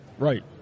Right